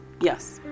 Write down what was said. Yes